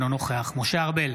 אינו נוכח משה ארבל,